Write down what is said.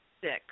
six